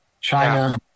China